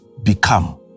become